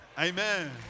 Amen